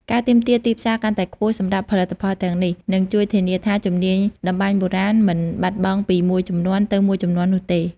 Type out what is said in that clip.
ការទាមទារទីផ្សារកាន់តែខ្ពស់សម្រាប់ផលិតផលទាំងនេះ នឹងជួយធានាថាជំនាញតម្បាញបុរាណមិនបាត់បង់ពីមួយជំនាន់ទៅមួយជំនាន់នោះទេ។